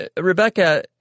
Rebecca